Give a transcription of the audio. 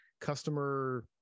customer